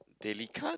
daily cut